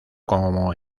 como